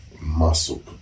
Muscle